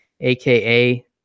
AKA